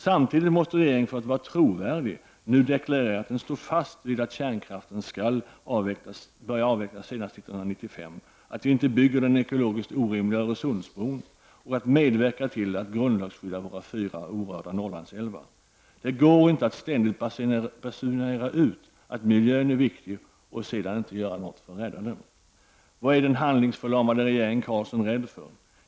Samtidigt måste regeringen för att vara trovärdig nu deklarera att den står fast vid att kärnkraften skall börja avvecklas senast 1995, att vi inte skall bygga den ekologiskt orimliga Öresundsbron och att den skall medverka till att grundlagsskydda våra fyra orörda Norrlandsälvar. Det går inte att ständigt basunera ut att miljön är viktig och sedan inte göra något för att rädda den. Vad är den handlingsförlamade regeringen Carlsson rädd för?